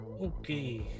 Okay